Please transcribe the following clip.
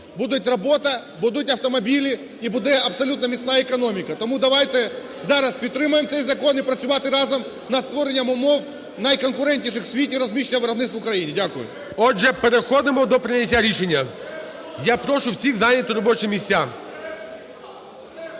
буде робота, будуть автомобілі і буде абсолютно міцна економіка. Тому давайте зараз підтримаємо цей закон і працювати разом над створенням умов, найконкурентніших у світі, розміщення виробництв в Україні. Дякую. ГОЛОВУЮЧИЙ. Отже, переходимо до прийняття рішення. Я прошу всіх зайняти робочі місця.